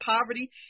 poverty